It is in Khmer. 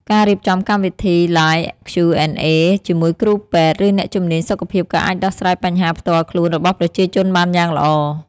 ការរៀបចំកម្មវិធី Live Q&A ជាមួយគ្រូពេទ្យ ឬអ្នកជំនាញសុខភាពក៏អាចដោះស្រាយបញ្ហាផ្ទាល់ខ្លួនរបស់ប្រជាជនបានយ៉ាងល្អ។